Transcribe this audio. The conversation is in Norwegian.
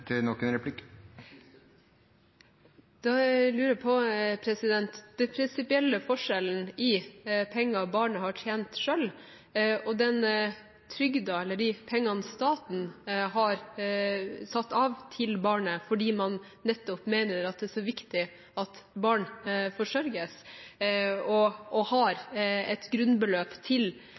Da lurer jeg på den prinsipielle forskjellen på penger barnet har tjent selv, og trygden, eller de pengene staten har satt av til barnet fordi man nettopp mener at det er så viktig at barn forsørges og har et grunnbeløp til